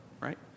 right